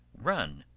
run,